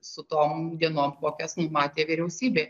su tom dienom kokias numatė vyriausybė